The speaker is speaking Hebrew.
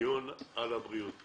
בדיון על הבריאות,